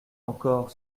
encore